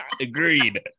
Agreed